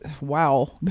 Wow